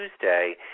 Tuesday